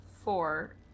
four